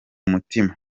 mutima